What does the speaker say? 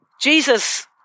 Jesus